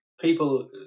People